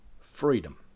freedom